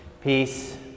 peace